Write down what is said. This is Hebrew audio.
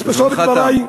זמנך תם.